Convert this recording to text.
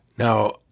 Now